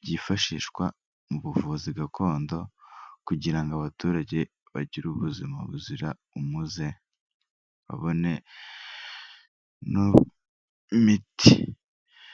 byifashishwa mu buvuzi gakondo kugira ngo abaturage bagire ubuzima buzira umuze babone n'imiti.